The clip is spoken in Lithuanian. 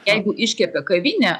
jeigu iškepė kavinė